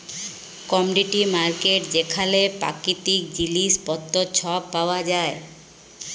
commodity market যেখালে পাকিতিক জিলিস পত্তর ছব পাউয়া যায়